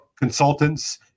consultants